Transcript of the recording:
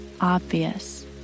obvious